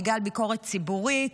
בגלל ביקורת ציבורית,